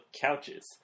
couches